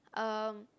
um